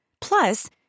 Plus